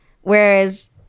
whereas